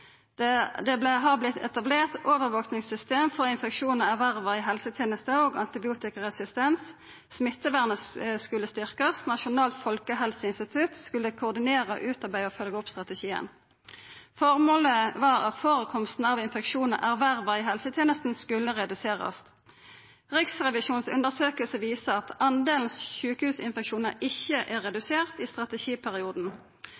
smittevernet skulle styrkast, Nasjonalt folkehelseinstitutt skulle koordinera, utarbeida og følgja opp strategien. Formålet var at førekomsten av infeksjonar erverva i helsetenesta skulle reduserast. Riksrevisjonens undersøkingar viser at andelen sjukehusinfeksjonar ikkje er